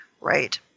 Right